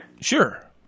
Sure